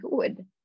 good